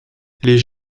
les